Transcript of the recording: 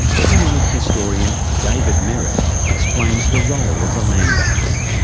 economic historian david merret explains the role of the land banks.